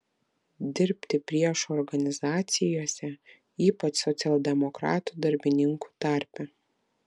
dirbti priešo organizacijose ypač socialdemokratų darbininkų tarpe